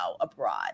abroad